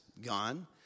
gone